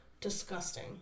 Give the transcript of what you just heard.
disgusting